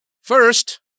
first